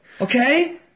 Okay